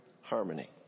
harmony